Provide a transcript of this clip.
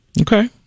Okay